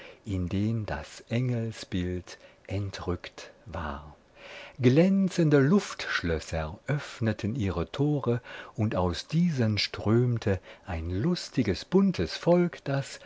in den das engelsbild entrückt war glänzende luftschlösser öffneten ihre tore und aus diesen strömte ein lustiges buntes volk das